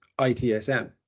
ITSM